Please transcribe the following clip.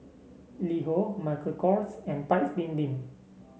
LiHo Michael Kors and Paik's Bibim